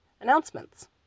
announcements